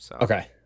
okay